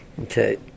Okay